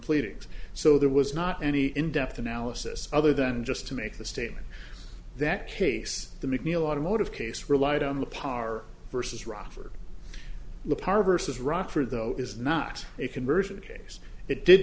pleadings so there was not any in depth analysis other than just to make the statement that case the mcneil automotive case relied on the par versus rock for the par versus rock for though is not a conversion case it did